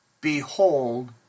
Behold